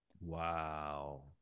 Wow